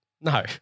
No